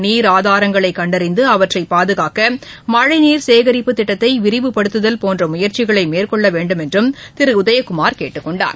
நீர் ஆதாரங்களைக் கண்டறிந்து அவற்றைப் பாதுகாக்க மழைநீர் சேகரிப்புத் திட்டத்தை விரிவுபடுத்துதல் போன்ற முயற்சிகளை மேற்கொள்ள வேண்டும் என்று திரு உதயகுமார் கேட்டுக்கொண்டார்